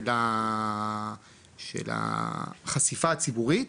של החשיפה הציבורית,